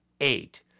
eight